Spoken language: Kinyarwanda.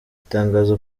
itangazo